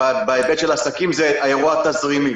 בהיבט של העסקים היא האירוע התזרימי.